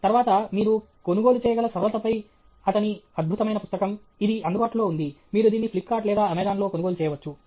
తర్వాత మీరు కొనుగోలు చేయగల సరళతపై అతని అద్భుతమైన పుస్తకం ఇది అందుబాటులో ఉంది మీరు దీన్ని ఫ్లిప్కార్ట్ లేదా అమెజాన్ లో కొనుగోలు చేయవచ్చు